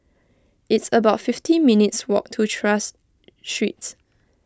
it's about fifteen minutes' walk to Tras Street